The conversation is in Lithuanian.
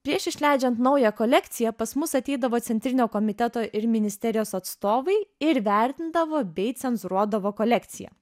prieš išleidžiant naują kolekciją pas mus ateidavo centrinio komiteto ir ministerijos atstovai ir vertindavo bei cenzūruodavo kolekciją